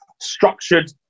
structured